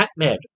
AtMed